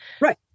Right